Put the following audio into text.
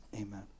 Amen